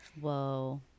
Whoa